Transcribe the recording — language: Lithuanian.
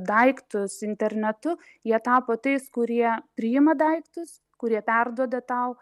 daiktus internetu jie tapo tais kurie priima daiktus kurie perduoda tau